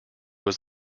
was